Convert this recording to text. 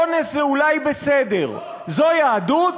אונס זה אולי בסדר, זו יהדות?